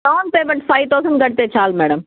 loan payment five thousand కడితే చాలు madam